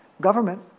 government